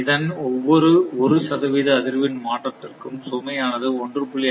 இதன் ஒவ்வொரு ஒரு சதவீத அதிர்வெண் மாற்றத்திற்கும் சுமையானது 1